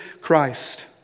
Christ